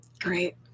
Great